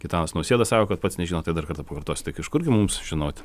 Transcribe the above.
gitanas nausėda sako kad pats nežino tai dar kartą pakartosiu taik iš kurgi mums žinoti